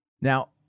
Now